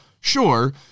sure